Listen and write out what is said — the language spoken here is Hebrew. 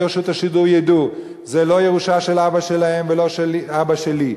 רשות השידור ידעו: זה לא ירושה של אבא שלהם ולא של אבא שלי.